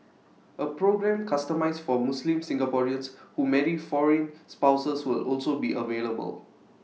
A programme customised for Muslim Singaporeans who marry foreign spouses will also be available